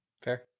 Fair